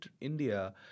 India